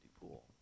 pool